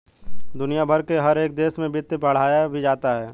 दुनिया भर के हर एक देश में वित्त पढ़ाया भी जाता है